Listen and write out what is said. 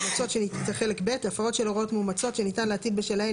חלק ב': הפרות של הוראות מאומצות שניתן להטיל בשלהן